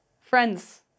Friends